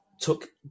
took